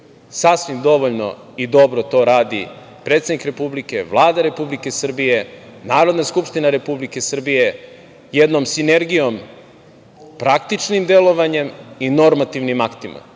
sasvim dovoljno i dobro to radi predsednik Republike, Vlada Republike Srbije, Narodna skupština Republike Srbije, jednom sinergijom, praktičnim delovanjem i normativnim aktima.